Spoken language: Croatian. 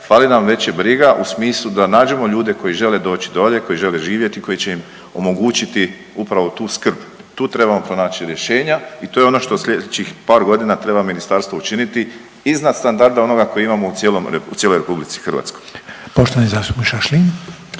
fali nam veće briga u smislu da nađemo ljude koji žele doći dolje, koji žele živjeti, koji će im omogućiti upravo tu skrb. Tu trebamo pronaći rješenja i to je ono što sljedećih par godina treba ministarstvo učiniti iznad standarda onoga koji imamo u cijeloj RH. **Reiner, Željko (HDZ)** Poštovani zastupnik Šašlin.